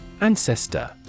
Ancestor